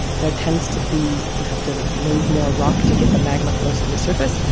there tends to be you have to move more rock to get the magma close to the surface,